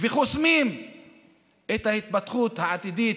וחוסמים את ההתפתחות העתידית,